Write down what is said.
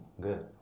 Good